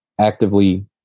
actively